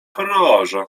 horrorze